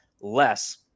less